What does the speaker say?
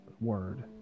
word